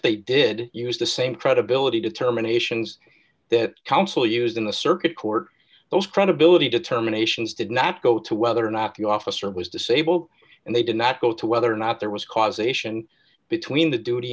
they did use the same credibility d determinations that counsel used in the circuit court those credibility determinations did not go to whether or not the officer was disabled and they did not go to whether or not there was causation between the duty